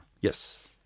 Yes